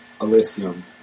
Elysium